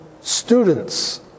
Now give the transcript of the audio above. students